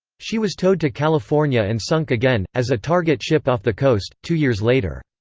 she was towed to california and sunk again, as a target ship off the coast, two years later.